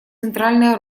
центральная